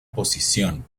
posición